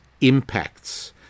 impacts